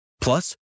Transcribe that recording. Plus